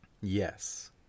Yes